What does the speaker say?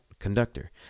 Conductor